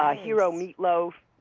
ah hero meatloaf,